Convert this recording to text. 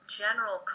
general